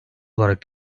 olarak